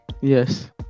Yes